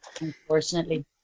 Unfortunately